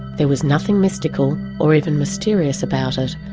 there was nothing mystical or even mysterious about it.